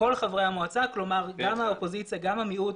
כל חברי המועצה, כלומר, גם האופוזיציה, גם המיעוט.